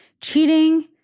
Cheating